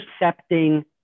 intercepting